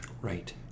Right